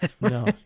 No